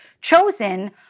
chosen